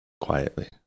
Quietly